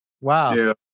Wow